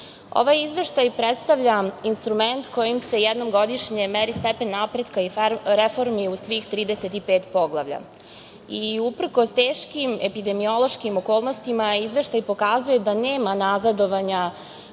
EU.Ovaj izveštaj predstavlja instrument kojim se jednom godišnje meri stepen napretka i reformi u svih 35 poglavlja. Uprkos teškim epidemiološkim okolnostima, izveštaj pokazuje da nema nazadovanja